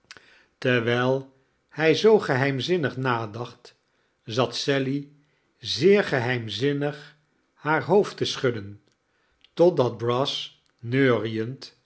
terwijl hij zoo geheimzinnig nadacht zat sally zeer geheimzinnig haar hoofd te schudden totdat brass neuriend